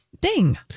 Ding